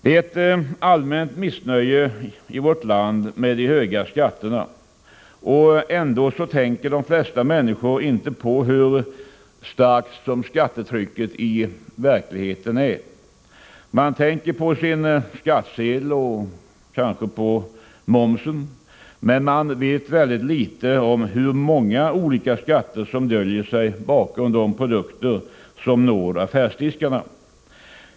Det är ett allmänt missnöje i landet med de höga skatterna, och ändå tänker de flesta människor inte på hur starkt skattetrycket i verkligheten är. Man tänker på sin skattsedel och kanske också på momsen, men man vet väldigt litet om hur många olika skatter som döljer sig bakom de produkter som når affärsdiskarna.